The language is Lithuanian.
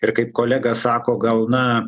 ir kaip kolega sako gal na